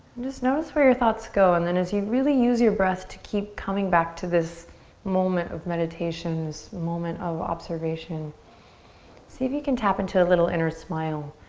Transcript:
just notice where your thoughts go and then as you really use your breath to keep coming back to this moment of meditation, this moment of observation see if you can tap into a little inner smile.